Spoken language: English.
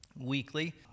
weekly